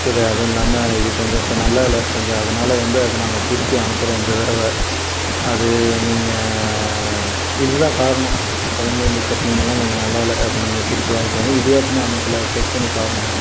சரி அதுவும் இல்லாமல் இது கொஞ்சம் இப்போ நல்லாயில்ல கொஞ்சம் அதனால் வந்து அது நாங்கள் திருப்பி அனுப்புகிறோம் இந்த தடவ அது நீங்கள் இதுதான் காரணம் கொழம்பு இந்த சட்னிங்களெலாம் கொஞ்சம் நல்லாயில்ல அதை நீங்கள் திருப்பி வாங்கிக்கோங்க இடியாப்பமும் அனுப்பலை செக் பண்ணி பாருங்க